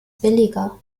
billiger